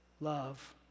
love